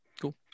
Cool